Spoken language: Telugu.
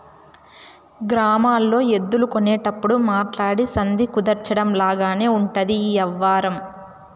గ్రామాల్లో ఎద్దులు కొనేటప్పుడు మాట్లాడి సంధి కుదర్చడం లాగానే ఉంటది ఈ యవ్వారం